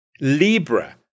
Libra